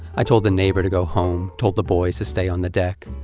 i told the neighbor to go home, told the boys to stay on the deck.